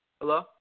Hello